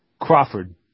crawford